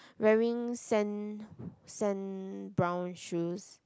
wearing sand sand brown shoes